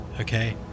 okay